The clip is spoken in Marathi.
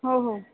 हो हो